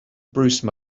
bruce